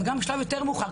אז גם בשלב יותר מאוחר,